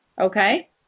Okay